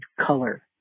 color